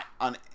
on